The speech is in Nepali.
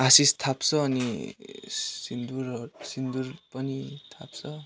आशिष थाप्छ अनि सिन्दुर सिन्दुर पनि थाप्छ